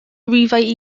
rhifau